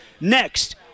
next